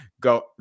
go